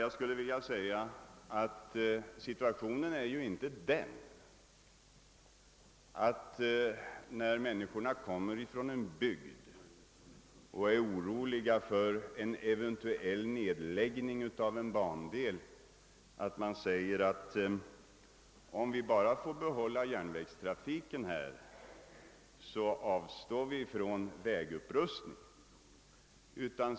Jag skulle vilja säga att situationen ju inte är den, inför en aktuell nedläggning av en bandel att man säger: Om vi bara får behålla järnvägstrafiken, så avstår vi från vägupprustningen.